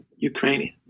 Ukrainian